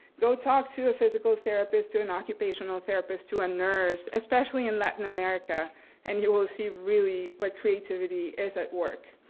go talk to a physical therapist, to an occupational therapist, to a nurse, especially in latin america and you will see really what creativity is at work,